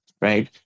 right